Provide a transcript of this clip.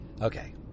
Okay